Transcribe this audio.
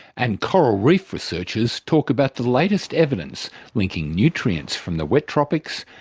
and coral reef researchers talk about the latest evidence linking nutrients from the wet tropics,